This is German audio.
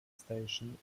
station